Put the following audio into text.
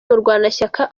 murwanashyaka